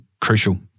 crucial